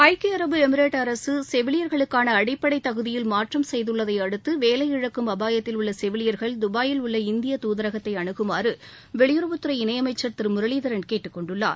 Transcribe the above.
ஐக்கிய அரபு எமிரேட் அரசு செவிலியர்களுக்கான அடிப்படை தகுதியில் மாற்றம் செய்துள்ளதை அடுத்து வேலையிழக்கும் அபாயத்தில் உள்ள செவிலியா்கள் துபாயில் உள்ள இந்திய துதரகத்தை அனுகுமாறு வெளியுறவுத்துறை இணை அமைச்சள் திரு முரளிதரன் கேட்டுக் கொண்டுள்ளார்